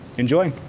enjoy.